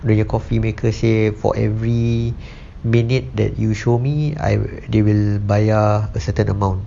where your coffee maker say for every minute that you show me I will they will bayar a certain amount